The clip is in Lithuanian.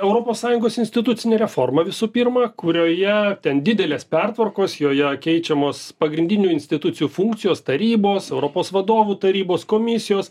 europos sąjungos institucinė reforma visų pirma kurioje ten didelės pertvarkos joje keičiamos pagrindinių institucijų funkcijos tarybos europos vadovų tarybos komisijos